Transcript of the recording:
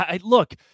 look